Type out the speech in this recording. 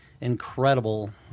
incredible